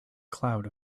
cloud